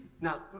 now